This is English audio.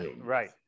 Right